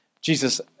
Jesus